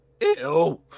Ew